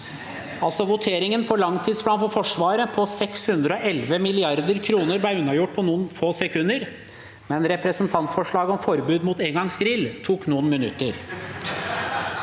Voteringen for langtidsplanen for Forsvaret på 611 mrd. kr ble unnagjort på noen få sekunder, men representantforslaget om forbud mot engangsgrill tok noen minutter.